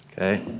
Okay